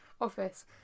office